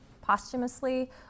posthumously